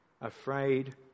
afraid